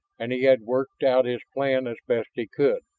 and he had worked out his plan as best he could.